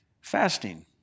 fasting